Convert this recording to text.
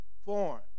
form